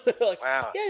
Wow